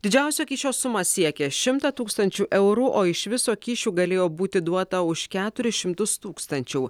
didžiausia kyšio suma siekia šimtą tūkstančių eurų o iš viso kyšių galėjo būti duota už keturis šimtus tūkstančių